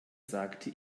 sagte